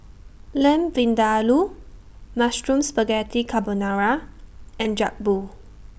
Lamb Vindaloo Mushroom Spaghetti Carbonara and Jokbal